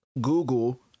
Google